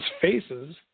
faces